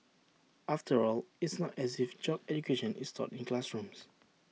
after all it's not as if job education is taught in classrooms